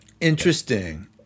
Interesting